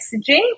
messaging